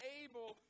able